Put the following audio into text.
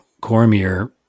Cormier